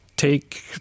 Take